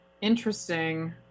interesting